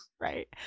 Right